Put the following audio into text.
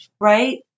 right